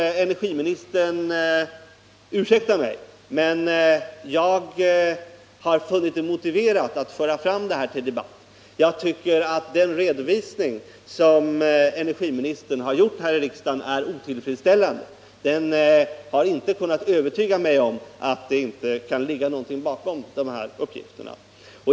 Energiministern får ursäkta mig, men jag har funnit det motiverat att föra fram det här till debatt. Jag tycker att den redovisning som energiministern har lämnat här i riksdagen är otillfredsställande. Den har inte kunnat övertyga mig om att det inte kan ligga någonting bakom de här uppgifterna.